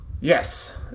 Yes